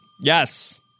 Yes